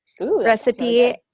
recipe